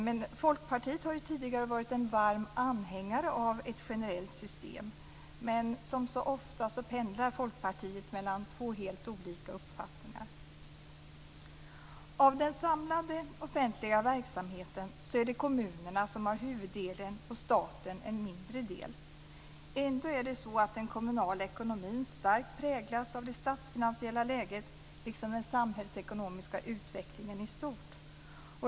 Från Folkpartiets sida har man tidigare varit varma anhängare av ett generellt system, men som så ofta pendlar Folkpartiet mellan två helt olika uppfattningar. Av den samlade offentliga verksamheten är det kommunerna som har huvuddelen och staten en mindre del. Ändå präglas den kommunala ekonomin starkt av det statsfinansiella läget liksom den samhällsekonomiska utvecklingen i stort.